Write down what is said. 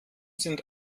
sind